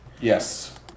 Yes